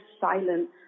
silent